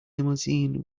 limousine